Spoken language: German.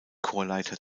chorleiter